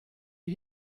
die